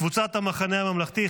קבוצת סיעת המחנה הממלכתי,